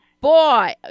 Boy